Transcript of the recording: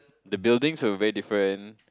the buildings were very different